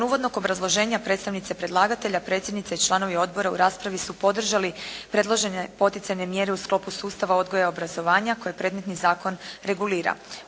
uvodnog obrazloženja predstavnice predlagatelja, predsjednica i članovi odbora u raspravi su podržali predložene poticajne mjere u sklopu sustava odgoja i obrazovanja koji predmetni zakon regulira.